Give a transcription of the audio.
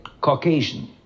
Caucasian